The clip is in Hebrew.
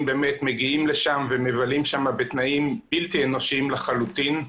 מגיעים לשם ומבלים שם בתנאים בלתי אנושיים לחלוטין.